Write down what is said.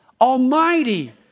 almighty